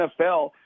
NFL